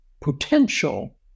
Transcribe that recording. potential